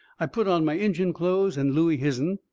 i'd put on my injun clothes and looey his'n,